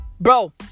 Bro